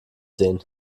sehen